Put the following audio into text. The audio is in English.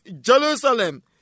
Jerusalem